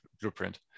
blueprint